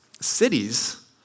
cities